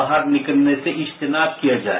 बाहर निकलने से इश्तेनाक किया जाए